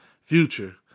Future